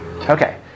Okay